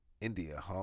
India